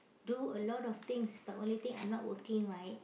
do a lot of things but only thing I'm not working right